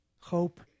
hope